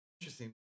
interesting